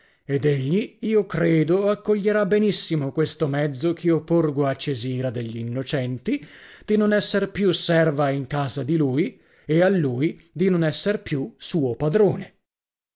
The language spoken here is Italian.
ed egli io credo accoglierà benissimo questo mezzo ch'io porgo a cesira degli innocenti di non esser più serva in casa di lui e a lui di non esser più suo padrone